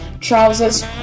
trousers